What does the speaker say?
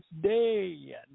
Day